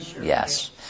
Yes